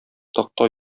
такта